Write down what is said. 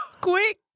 quick